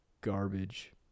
garbage